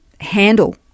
handle